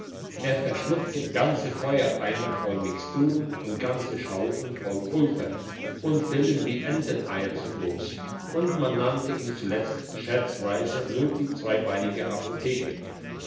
er verschluckte ganze feuereimer voll mixturen und ganze schaufeln voll pulver und pillen wie enteneier so groß und man nannte ihn zuletzt scherzweise nur die zweibeinige apotheke